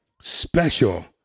special